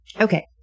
Okay